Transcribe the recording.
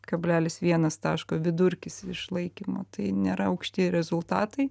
kablelis vienas taško vidurkis išlaikymo tai nėra aukšti rezultatai